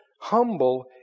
humble